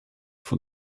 von